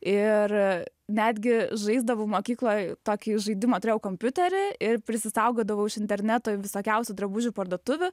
ir netgi žaisdavau mokykloj tokį žaidimą turėjau kompiuterį ir prisisaugodavau iš interneto visokiausių drabužių parduotuvių